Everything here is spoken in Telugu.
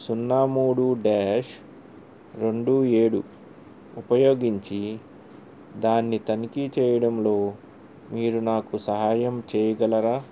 సున్నా మూడు డ్యాష్ రెండు ఏడు ఉపయోగించి దాన్ని తనిఖీ చేయడంలో మీరు నాకు సహాయం చేయగలరా